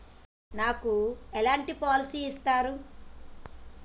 నాకు ఎలాంటి పాలసీ ఇస్తారు?